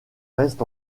restent